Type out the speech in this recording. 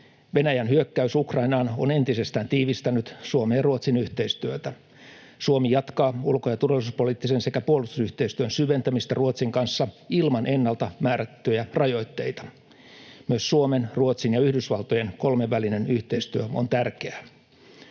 Venäjän hyök-käys Ukrainaan on entisestään tiivistänyt Suomen ja Ruotsin yhteistyötä. Suomi jatkaa ulko- ja turvallisuuspoliittisen sekä puolustusyhteistyön syventämistä Ruotsin kanssa ilman ennalta määrättyjä rajoitteita. Myös Suomen, Ruotsin ja Yhdysvaltojen kolmenvälinen yhteistyö on tärkeää.